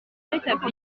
rétabli